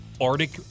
Arctic